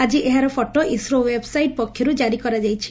ଆଜି ଏହାର photo ISRO website ପକ୍ଷରୁ ଜାରୀ କରାଯାଇଛି